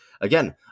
again